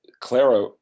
Clara